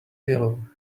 yellow